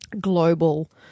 global